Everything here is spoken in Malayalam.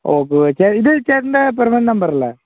ഓക്കെ ഇത് ചേട്ടൻ്റെ പെർമനെൻറ്റ് നമ്പറല്ലേ